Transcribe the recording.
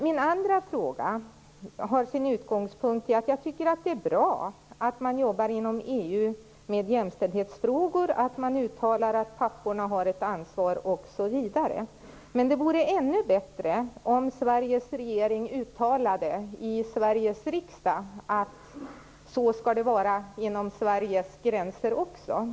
Min andra fråga har sin utgångspunkt i att jag tycker att det är bra att man inom EU jobbar med jämställdhetsfrågor, uttalar att papporna har ett ansvar osv. Men det vore ännu bättre om Sveriges regering uttalade i Sveriges riksdag att så skall det vara inom Sveriges gränser också.